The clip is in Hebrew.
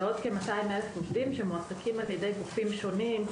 ועוד כ-200 אלף עובדים שמועסקים על ידי גופים שונים,